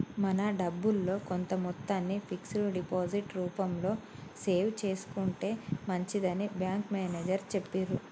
మన డబ్బుల్లో కొంత మొత్తాన్ని ఫిక్స్డ్ డిపాజిట్ రూపంలో సేవ్ చేసుకుంటే మంచిదని బ్యాంకు మేనేజరు చెప్పిర్రు